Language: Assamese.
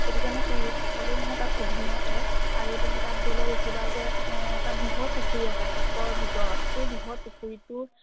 সেইটো কাৰণে পুৰুষসকলেই মানেই তাত অভিনয় কৰে আৰু তুমি তাত গ'লে দেখিবা যে এটা বৃহৎ পুখুৰী আছে সত্ৰৰ ভিতৰত সেই বৃহৎ পুখুৰীটোৰ